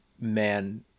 man